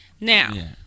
Now